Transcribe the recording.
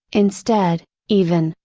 instead, even,